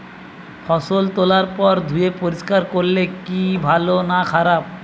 ফসল তোলার পর ধুয়ে পরিষ্কার করলে কি ভালো না খারাপ?